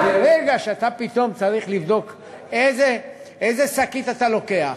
ברגע שאתה פתאום צריך לבדוק איזו שקית אתה לוקח,